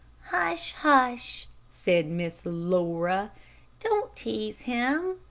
hush, hush, said miss laura don't tease him,